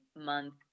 month